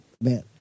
man